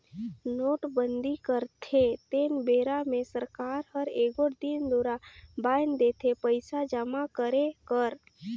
नोटबंदी करथे तेन बेरा मे सरकार हर एगोट दिन दुरा बांएध देथे पइसा जमा करे कर